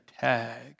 tag